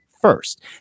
first